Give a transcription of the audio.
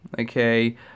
okay